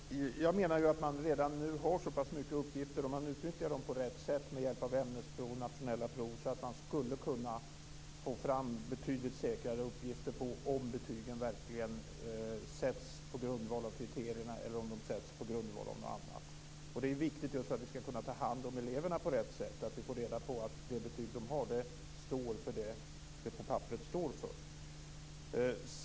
Fru talman! Jag menar att man redan nu har så pass mycket uppgifter att om man utnyttjar dem på rätt sätt med hjälp av ämnesprov och nationella prov skulle man kunna få fram betydligt säkrare uppgifter när det gäller om betygen verkligen sätts på grundval av kriterierna eller om de sätts på grundval av någonting annat. Det är viktigt, just för att vi skall kunna ta hand om eleverna på rätt sätt, att veta att det betyg de har är värt det som det på papperet står för.